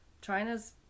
China's